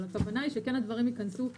אבל הכוונה היא שכן הדברים ייכנסו לתוקף.